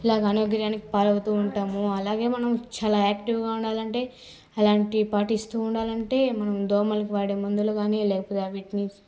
ఇలాగ అనారోగ్యానికి పాలవుతు ఉంటాము అలాగే మనం చాలా యాక్టివ్గా ఉండాలంటే అలాంటి పాటిస్తు ఉండాలంటే మనం దోమలకి వాడే మందులు కానీ లేకపోతే వాటిని